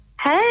hey